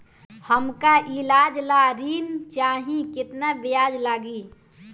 हमका ईलाज ला ऋण चाही केतना ब्याज लागी?